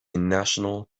national